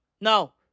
no